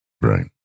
Right